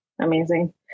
Amazing